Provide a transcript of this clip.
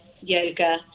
yoga